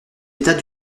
état